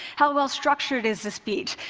how well-structured is the speech?